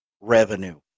revenue